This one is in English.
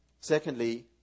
Secondly